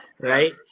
right